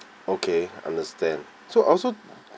okay understand so also